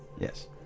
Yes